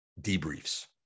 debriefs